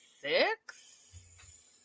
six